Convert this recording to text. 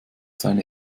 seine